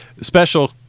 special